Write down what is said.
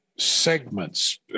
segments